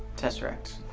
tesseract.